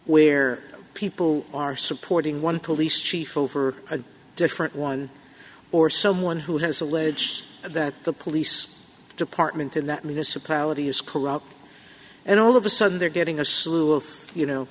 where people are supporting one police chief over a different one or someone who has alleged that the police department in that municipality is corrupt and all of a sudden they're getting a slew of you know